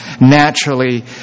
naturally